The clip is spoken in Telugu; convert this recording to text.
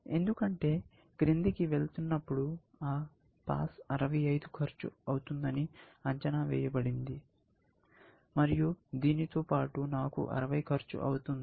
ఎందుకంటే క్రిందికి వెళ్తున్నప్పుడు ఆ పాస్ 65 ఖర్చు అవుతుందని అంచనా వేయబడింది మరియు దీనితో పాటు నాకు 60 ఖర్చు అవుతుంది